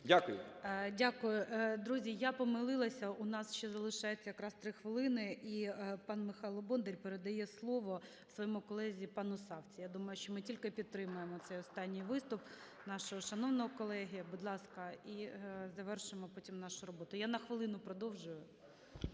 Дякую. Друзі, я помилилася, у нас ще залишається якраз 3 хвилини і пан Михайло Бондар передає слово своєму колезі пану Савці. Я думаю, що ми тільки підтримаємо цей останній виступ нашого шановного колеги. Будь ласка. І завершимо потім нашу роботу. Я на хвилину продовжую.